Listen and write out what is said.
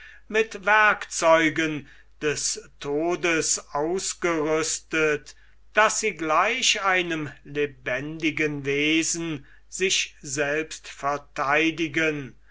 mit werkzeugen des todes ausgerüstet daß sie gleich einem lebendigen wesen sich selbst vertheidigen